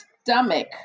stomach